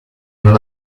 non